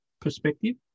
perspective